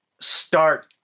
start